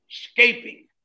escaping